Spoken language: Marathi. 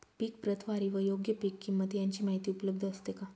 पीक प्रतवारी व योग्य पीक किंमत यांची माहिती उपलब्ध असते का?